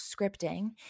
scripting